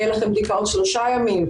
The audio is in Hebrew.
עוד שלושה ימים,